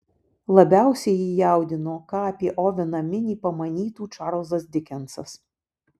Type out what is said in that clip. labiausiai jį jaudino ką apie oveną minį pamanytų čarlzas dikensas